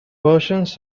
versions